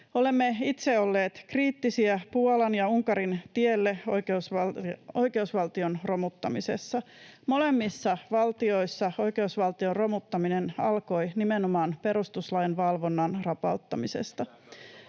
”Olemme itse olleet kriittisiä Puolan ja Unkarin tielle oikeusvaltion romuttamisessa. Molemmissa valtioissa oikeusvaltion romuttaminen alkoi nimenomaan perustuslain valvonnan rapauttamisesta.”